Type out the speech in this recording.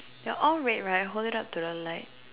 you're all red right hold it up to the light